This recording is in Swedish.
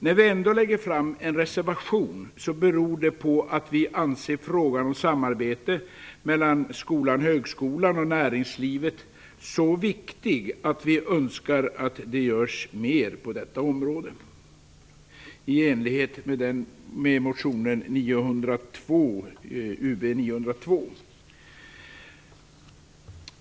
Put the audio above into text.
Att vi ändå lägger fram en reservation beror på att vi anser att frågan om samarbete mellan skolan/högskolan och näringslivet är så viktig att vi önskar att det görs mer på detta område, i enlighet med motion Ub902.